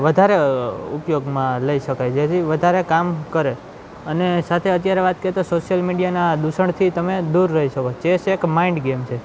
વધારે ઉપયોગમાં લઈ શકાય જેથી વધારે કામ કરે અને સાથે અત્યારે વાત કરે તો સોશિયલ મીડિયાના દૂષણથી તમે દૂર રહી શકો ચેસ એક માઈન્ડ ગેમ છે